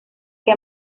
que